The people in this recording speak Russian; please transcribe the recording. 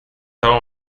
того